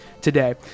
Today